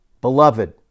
Beloved